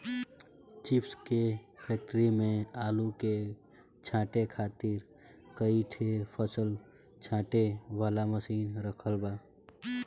chips के factory में आलू के छांटे खातिर कई ठे फसल छांटे वाला मशीन रखल बा